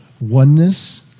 oneness